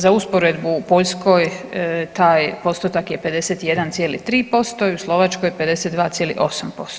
Za usporedbu, u Poljskoj taj postotak je 51,3% i u Slovačkoj 52,8%